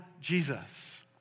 Jesus